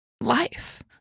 life